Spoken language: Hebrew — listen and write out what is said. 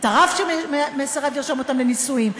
את הרב שמסרב לרשום אותם לנישואין,